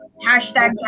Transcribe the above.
hashtag